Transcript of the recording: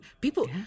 people